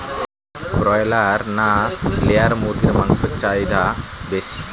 Broiler না layer মুরগির মাংসর চাহিদা বেশি?